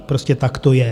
Prostě tak to je.